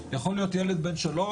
יכול להיות ילד בן שלוש,